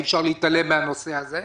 אי אפשר להתעלם מהנושא הזה.